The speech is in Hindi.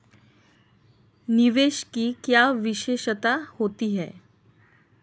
निवेश की क्या विशेषता होती है?